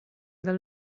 dal